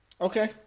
Okay